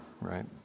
right